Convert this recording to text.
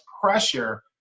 pressure